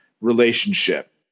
relationship